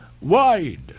wide